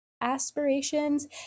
aspirations